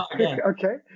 okay